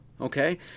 Okay